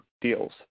deals